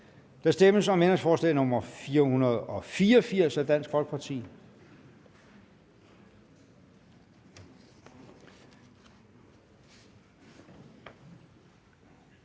Der stemmes om ændringsforslag nr. 484 af Dansk Folkeparti.